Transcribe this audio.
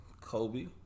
Kobe